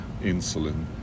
insulin